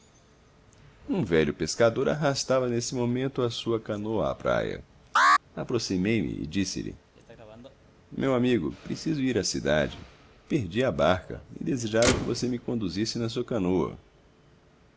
um velho pescador arrastava nesse momento a sua canoa à praia aproximei-me e disse-lhe meu amigo preciso ir à cidade perdi a barca e desejava que você me conduzisse na sua canoa